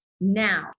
now